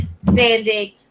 standing